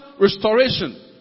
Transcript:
restoration